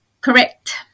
Correct